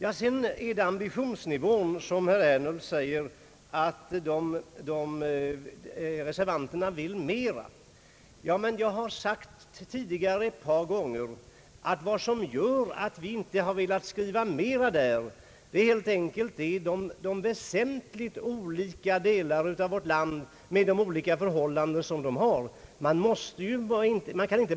Beträffande ambitionsnivån «säger herr Ernulf att reservanterna vill mera. Jag har tidigare ett par gånger sagt att vad som gör att vi inte har velat skriva in mera i lagen är helt enkelt att väsentligt olika förhållanden råder i olika delar av vårt land.